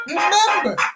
Remember